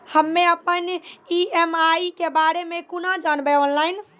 हम्मे अपन ई.एम.आई के बारे मे कूना जानबै, ऑनलाइन?